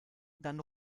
dann